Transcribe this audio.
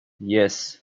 yes